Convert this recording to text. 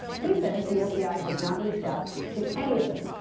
he says the fbi has not reached out to any of them.